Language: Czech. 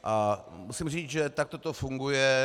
A musím říct, že takto to funguje.